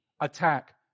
attack